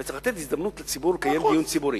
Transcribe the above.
וצריך לתת הזדמנות לציבור לקיים דיון ציבורי.